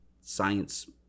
science